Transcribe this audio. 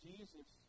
Jesus